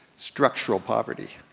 structural poverty.